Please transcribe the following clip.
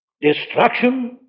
destruction